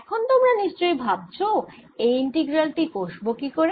এখন তোমরা নিশ্চই ভাবছ এই ইন্টিগ্রাল টি কষব কি করে